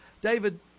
David